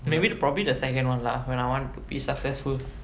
maybe the probably the second [one] lah when I want to be successful